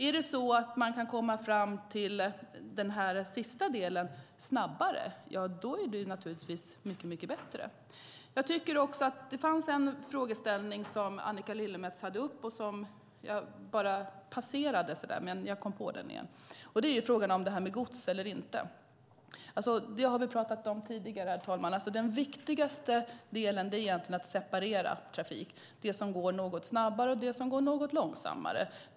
Är det så att man kan komma fram till den sista delen snabbare är det mycket bättre. Det fanns en frågeställning som Annika Lillemets tog upp och som jag bara passerade, men jag kom på den igen. Det är frågan om gods eller inte. Det har vi talat om tidigare. Den viktigaste delen är att separera trafik i det som går något snabbare och det som går något långsammare.